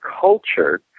culture